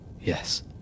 Yes